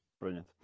Brilliant